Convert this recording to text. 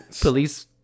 police